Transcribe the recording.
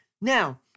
Now